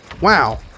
wow